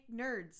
nerds